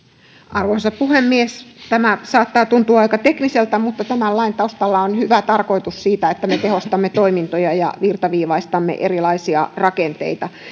arvoisa puhemies tämä saattaa tuntua aika tekniseltä mutta tämän lain taustalla on se hyvä tarkoitus että me tehostamme toimintoja ja virtaviivaistamme erilaisia rakenteita